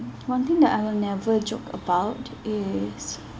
one thing that I will never joke about is